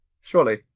surely